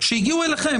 שהגיעו אליכם,